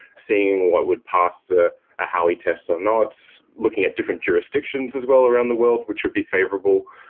seeing what would pass to how we test or not. looking at different jurisdictions as well around the world, which would be favorable.